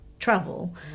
travel